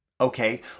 okay